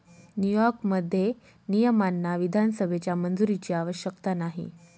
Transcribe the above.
न्यूयॉर्कमध्ये, नियमांना विधानसभेच्या मंजुरीची आवश्यकता नाही